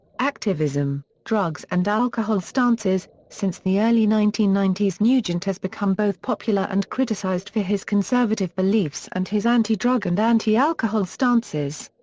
activism drugs and alcohol stances since the early nineteen ninety s nugent has become both popular and criticized for his conservative beliefs and his anti-drug and anti-alcohol stances.